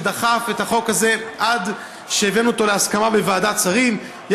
שדחף את החוק הזה עד שהבאנו אותו להסכמה בוועדת שרים,